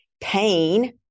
pain